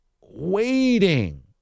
waiting